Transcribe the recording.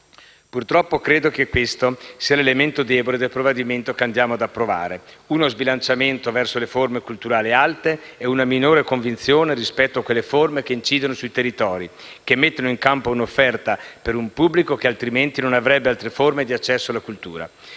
Purtroppo, credo sia questo l'elemento debole del provvedimento che andiamo ad approvare: uno sbilanciamento verso le forme culturali "alte" e una minore convinzione rispetto a quelle forme che incidono sui territori, che mettono in campo un'offerta per un pubblico che altrimenti non avrebbe altre forme di accesso alla cultura.